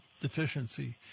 deficiency